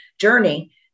journey